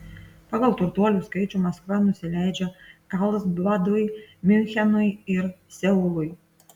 pagal turtuolių skaičių maskva nusileidžia karlsbadui miunchenui ir seului